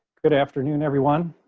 good afternoon, everyone.